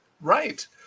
Right